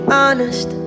honest